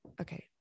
Okay